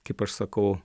kaip aš sakau